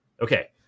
Okay